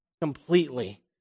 completely